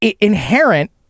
inherent